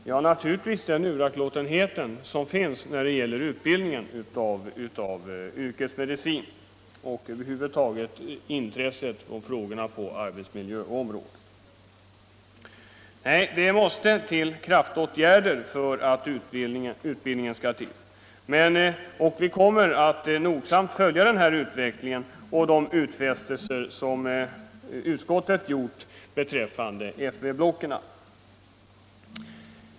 Jo, det är naturligtvis uraktlåtenheten att utbilda yrkesmedicinare och avsaknaden av intresse för frågorna på arbetsmiljöområdet osv. Nej, det måste till kraftåtgärder för att utbildningen skall komma i gång! Och vi kommer nogsamt att följa utvecklingen och de utfästelser som utskottet har gjort om FV-blocken.